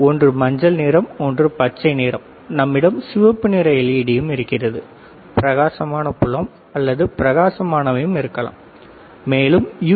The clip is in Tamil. ஒன்று மஞ்சள் நிறம் ஒன்று பச்சை நிறம் நம்மிடம் சிவப்பு நிற எல்இடியும் இருக்கிறது பிரகாசமான புலம் அல்லது பிரகாசமானவையும் இருக்கலாம் மேலும் யு